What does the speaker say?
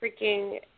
freaking